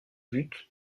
but